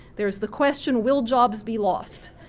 there's the question, will jobs be lost?